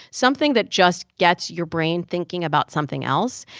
something that just gets your brain thinking about something else.